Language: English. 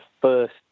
first